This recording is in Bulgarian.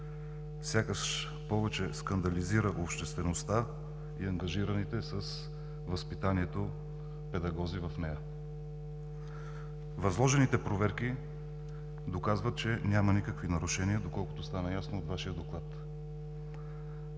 сякаш повече скандализира обществеността и ангажираните с възпитанието педагози в нея. Възложените проверки доказват, че няма никакви нарушения, доколкото стана ясно от Вашия доклад.